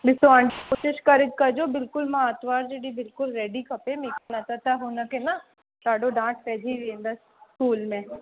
ॾिसो हाण कोशिश करे कजो बिल्कुलु मां आरितवार जो ॾींहुं बिल्कुल रैडी खपे न त त हुन खे न ॾाढो डांट पइजी वेंदसि स्कूल में